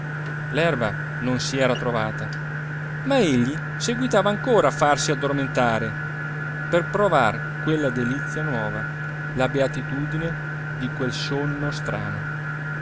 l'erba non si era trovata ma egli seguitava ancora a farsi addormentare per provar quella delizia nuova la beatitudine di quel sonno strano